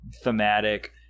thematic